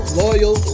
loyal